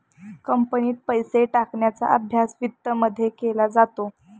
कंपनीत पैसे टाकण्याचा अभ्यास वित्तमध्ये केला जातो